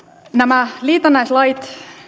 nämä liitännäislait